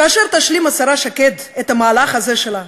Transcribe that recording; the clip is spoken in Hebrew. כאשר תשלים השרה שקד את המהלך הזה שלה,